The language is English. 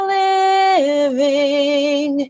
living